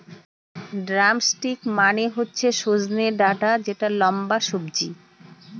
drumstick মানে হচ্ছে সজনে ডাটা যেটা লম্বা সবজি